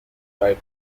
book